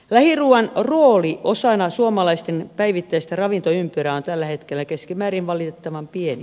lähiruuan rooli osana suomalaisten päivittäistä ravintoympyrää on keskimäärin valitettavan pieni